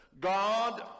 god